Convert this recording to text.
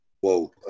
Whoa